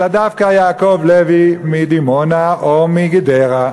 אלא דווקא יעקב לוי מדימונה או מגדרה.